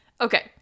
Okay